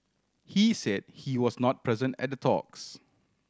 he said he was not present at the talks